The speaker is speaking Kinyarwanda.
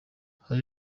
hari